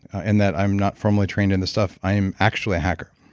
and that i'm not formally trained in this stuff. i am actually a hacker.